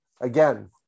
again